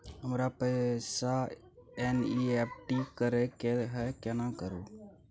हमरा पैसा एन.ई.एफ.टी करे के है केना करू?